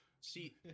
See